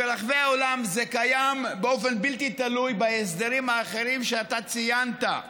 ברחבי העולם זה קיים באופן בלתי תלוי בהסדרים האחרים שאתה ציינת.